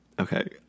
Okay